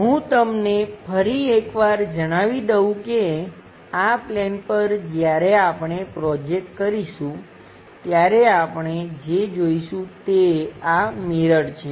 હું તમને ફરી એકવાર જણાવી દઉં કે આ પ્લેન પર જ્યારે આપણે પ્રોજેક્ટ કરીશું ત્યારે આપણે જે જોઈશું તે આ મિરર છે